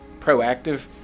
proactive